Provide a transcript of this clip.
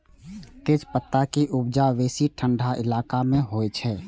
तेजपत्ता के उपजा बेसी ठंढा इलाका मे होइ छै